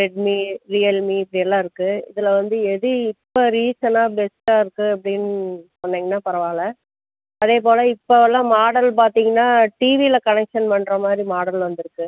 Redmi Realme இப்படி எல்லாம் இருக்குது இதில் வந்து எது இப்போ ரீசனா பெஸ்ட்டாக இருக்குது அப்படின்னு சொன்னீங்கனா பரவாயில்ல அதே போல் இப்போ உள்ள மாடல் பார்த்திங்னா டிவியில கனெக்ஷன் பண்ணுற மாதிரி மாடல் வந்திருக்கு